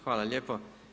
Hvala lijepo.